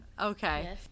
Okay